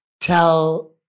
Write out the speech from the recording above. tell